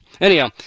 Anyhow